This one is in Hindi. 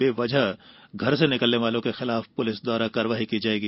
बेवजह घर से निकलने वालों के खिलाफ पुलिस द्वारा कार्यवाही की जायेगी